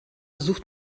sucht